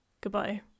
goodbye